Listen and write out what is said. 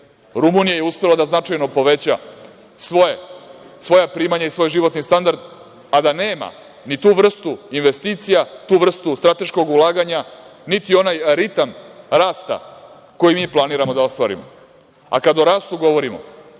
Rumunija je uspela da značajno poveća svoja primanja i svoj životni standard, a da nema ni tu vrstu investicija, tu vrstu strateškog ulaganja, niti onaj ritam rasta koji mi planiramo da ostvarimo.A kada o rastu govorimo,